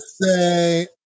say